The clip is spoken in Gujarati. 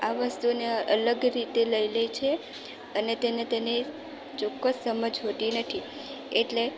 આ વસ્તુને અલગ રીતે લઈ લે છે અને તેને તેને ચોક્કસ સમજ હોતી નથી એટલે